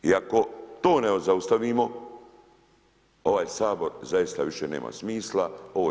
I ako to ne zaustavimo, ovaj Sabor zaista više nema smisla, ovo je